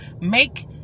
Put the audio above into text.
make